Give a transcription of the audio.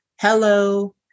hello